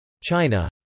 China